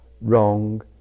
wrong